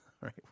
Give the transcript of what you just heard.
right